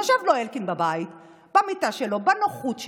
יושב לו אלקין בבית, במיטה שלו, בנוחות שלו,